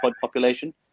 population